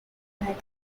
were